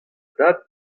dad